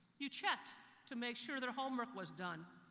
you checked to make sure the homework was done.